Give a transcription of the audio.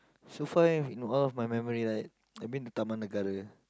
so far in all of my memory right I've been to Taman-Negara